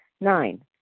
Nine